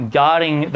guarding